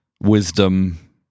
wisdom